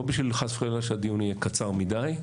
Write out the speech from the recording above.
לא בשביל חס וחלילה שהדיון יהיה קצר מידי,